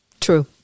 True